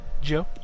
Joe